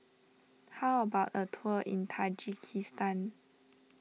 how about a tour in Tajikistan